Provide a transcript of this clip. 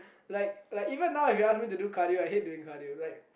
like like even now if you ask me to do cardio I hate doing cardio like